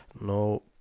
No